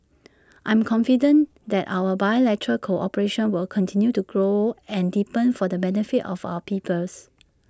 I am confident that our bilateral cooperation will continue to grow and deepen for the benefit of our peoples